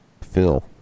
Phil